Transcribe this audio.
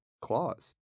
clause